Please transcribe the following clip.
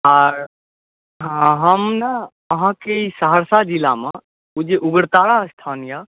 आ हम ने अहाँके सहरसा जिलामे ओ जे उग्रतारा स्थान यऽ